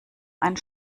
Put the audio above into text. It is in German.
einen